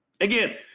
again